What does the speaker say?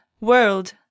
world